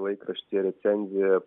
laikraštyje recenzija